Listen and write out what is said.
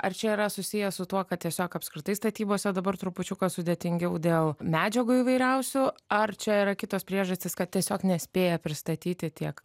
ar čia yra susiję su tuo kad tiesiog apskritai statybose dabar trupučiuką sudėtingiau dėl medžiagų įvairiausių ar čia yra kitos priežastys kad tiesiog nespėja pristatyti tiek